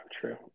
true